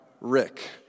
Rick